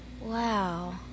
Wow